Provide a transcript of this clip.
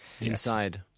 inside